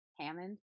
Hammond